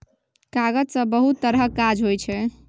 कागज सँ बहुत तरहक काज होइ छै